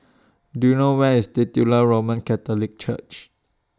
Do YOU know Where IS Titular Roman Catholic Church